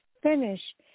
finish